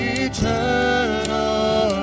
eternal